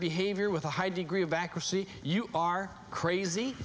behavior with a high degree of accuracy you are crazy